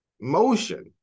motion